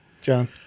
John